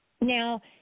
Now